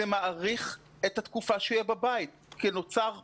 זה מאריך את התקופה שהוא יהיה בבית כי נוצר פער.